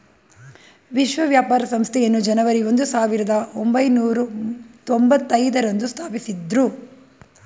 ವಿಶ್ವ ವ್ಯಾಪಾರ ಸಂಸ್ಥೆಯನ್ನು ಜನವರಿ ಒಂದು ಸಾವಿರದ ಒಂಬೈನೂರ ತೊಂಭತ್ತೈದು ರಂದು ಸ್ಥಾಪಿಸಿದ್ದ್ರು